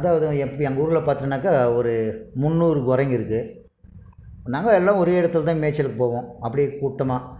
அதாவது இப்ப எங்கள் ஊரில் பார்த்திங்கனாக்க ஒரு முன்னூறு இருக்குது நாங்கள் எல்லா ஒரே இடத்துல தான் மேய்ச்சலுக்கு போவோம் அப்படியே கூட்டமாக